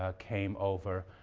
ah came over,